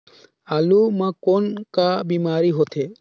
आलू म कौन का बीमारी होथे?